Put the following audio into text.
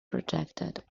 projected